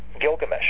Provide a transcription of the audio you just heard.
Gilgamesh